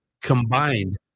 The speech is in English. Combined